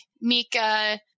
Mika